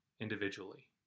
individually